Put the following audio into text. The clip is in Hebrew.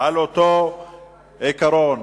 לא נתקבלה.